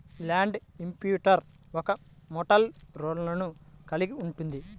land imprinter ఒక metal రోలర్ను కలిగి ఉంటుంది